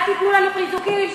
אל תיתנו לנו חיזוקים.